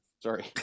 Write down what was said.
Sorry